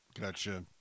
Gotcha